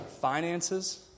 Finances